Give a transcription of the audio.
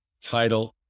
title